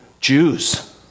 Jews